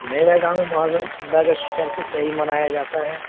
میرے گاؤں میں محرم اللہ کے شکر سے صحیح منایا جاتا ہے